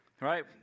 right